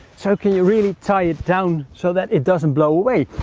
so can you really tie it down so that it doesn't blow away.